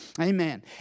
Amen